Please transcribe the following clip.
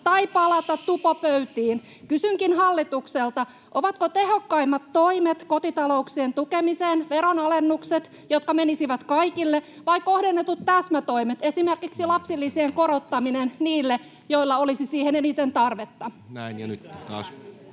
tai palata tupopöytiin? Kysynkin hallitukselta: ovatko tehokkaimmat toimet kotitalouksien tukemiseen veronalennukset, jotka menisivät kaikille, vai kohdennetut täsmätoimet, esimerkiksi lapsilisien korottaminen, niille, joilla olisi siihen eniten tarvetta? Näin. — Nyt taas